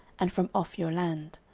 and from off your land.